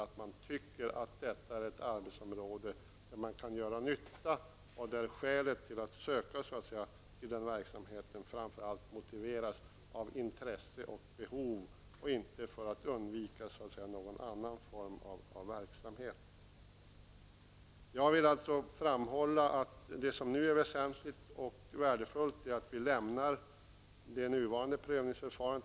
Man skall tycka att det är ett arbetsområde där man känner att man gör nytta. Skälet till att man söker till den här verksamheten skall framför allt präglas av ett intresse och av behov. Det skall inte vara så, att man vill undvika någon annan form av verksamhet. Jag vill alltså framhålla att det som nu är väsentligt och värdefullt är att vi lämnar det nuvarande prövningsförfarandet.